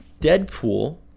Deadpool